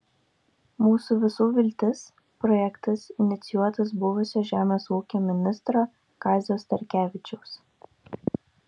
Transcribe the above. mūsų visų viltis projektas inicijuotas buvusio žemės ūkio ministro kazio starkevičiaus